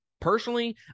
personally